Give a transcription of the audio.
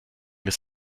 des